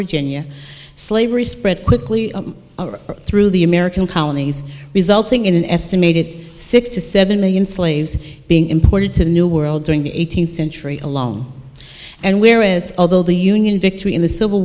virginia slavery spread quickly through the american colonies resulting in an estimated six to seven million slaves being imported to new world during the eighteenth century alone and whereas although the union victory in the civil